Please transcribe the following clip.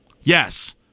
yes